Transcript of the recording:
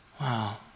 Wow